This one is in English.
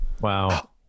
Wow